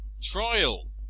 Trial